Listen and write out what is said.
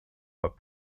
but